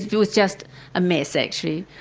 it was just a mess, actually.